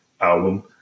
album